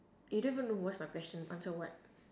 you don't even know what's my question answer what